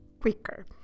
quicker